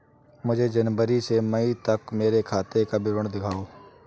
मुझे जनवरी से मई तक मेरे खाते का विवरण दिखाओ?